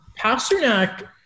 Pasternak